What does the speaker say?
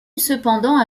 cependant